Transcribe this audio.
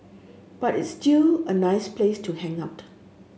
but it's still a nice place to hang out